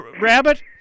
Rabbit